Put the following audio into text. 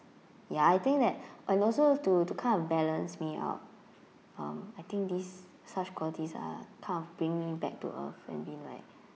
ya I think that and also to to kind of balance me out uh I think these such qualities are kind of bring me back to earth and be like